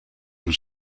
was